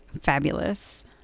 fabulous